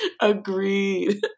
Agreed